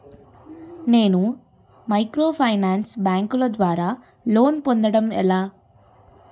నేను మైక్రోఫైనాన్స్ బ్యాంకుల ద్వారా లోన్ పొందడం ఎలా?